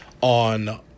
on